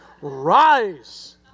rise